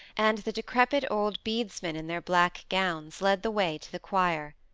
and the decrepit old bedesmen in their black gowns, led the way to the choir,